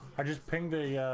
i just picked